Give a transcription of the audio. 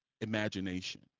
imagination